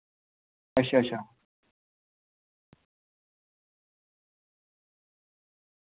अच्छा अच्छा